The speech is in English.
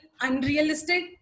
unrealistic